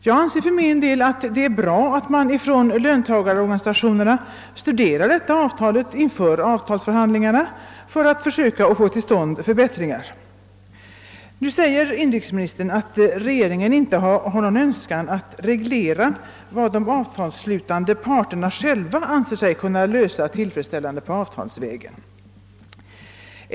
Jag anser för min del att det är bra att löntagarorganisationerna nu studerar detta avtal inför förhandlingarna för att försöka få till stånd förbättringar. Nu säger inrikesministern att regeringen inte har någon önskan att reglera vad de avtalsslutande parterna själva anser sig kunna lösa tillfredsställande på avtalsvägen.